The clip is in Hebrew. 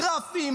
הגרפים,